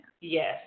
Yes